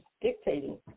dictating